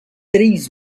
três